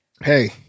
Hey